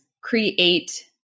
create